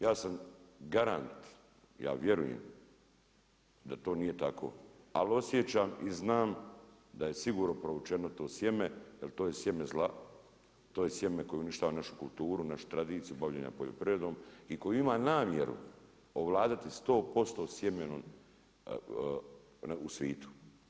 Ja vjerujem da to nije tako, ali osjećam i znam da je sigurno provučeno to sjeme jer to je sjeme zla, to je sjeme koje uništava našu kulturu, našu tradiciju bavljenja poljoprivredom i koji ima namjeru ovladati 100% sjemenom u svijetu.